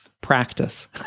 practice